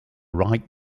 right